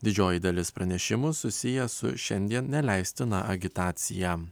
didžioji dalis pranešimų susiję su šiandien neleistina agitacija